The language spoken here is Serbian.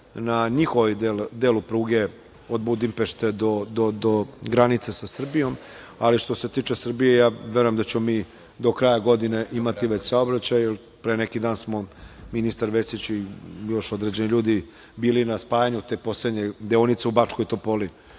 na njihovom delu pruge od Budimpešte do granice sa Srbijom. Što se tiče Srbije, ja verujem da ćemo mi do kraja godine imati već saobraćaj. Pre neki dan smo ministar Vesić i još određeni ljudi bili na spajanju te poslednje deonice u Bačkoj Topoli,